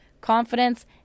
confidence